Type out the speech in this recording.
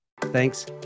Thanks